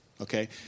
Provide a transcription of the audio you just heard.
Okay